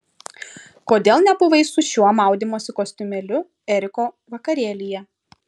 kodėl nebuvai su šiuo maudymosi kostiumėliu eriko vakarėlyje